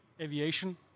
aviation